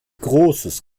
großes